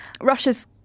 Russia's